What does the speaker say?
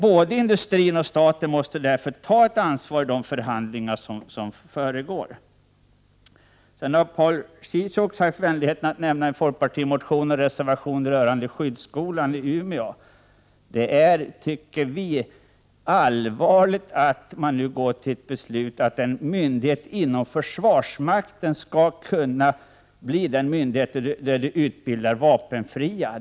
Både industrin och staten måste därför ta ett ansvar i de förhandlingar som förestår. Paul Ciszuk har haft vänligheten att nämna en folkpartimotion och en folkpartireservation rörande skyddsskolan i Umeå. Det är, tycker vi, allvarligt att man nu går att fatta ett beslut om att en myndighet inom försvarsmakten skall kunna bli den myndighet där man utbildar vapenfria.